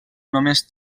només